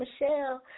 Michelle